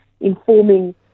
informing